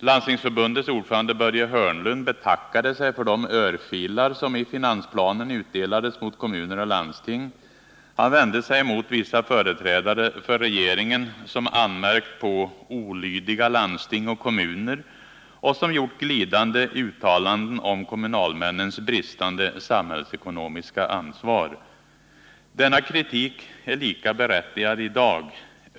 Landstingsförbundets ordförande Börje Hörnlund betackade sig för de örfilar som i finansplanen utdelades mot kommuner och landsting. Han vände sig emot vissa företrädare för regeringen som anmärkt på olydiga landsting och kommuner och som gjort glidande uttalanden om kommunalmännens bristande samhällsekonomiska ansvar. Börje Hörnlunds kritik är lika berättigad i dag.